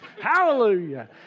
Hallelujah